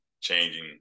changing